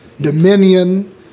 dominion